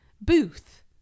booth